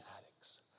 addicts